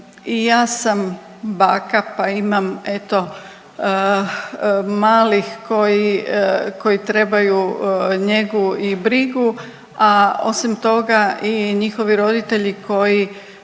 i ja sam baka pa imam eto malih koji trebaju njegu i brigu, a osim toga i njihovi roditelji koji